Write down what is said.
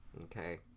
Okay